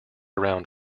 around